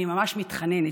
אני ממש מתחננת: